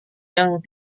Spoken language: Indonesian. yang